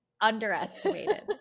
underestimated